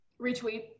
Retweet